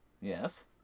Yes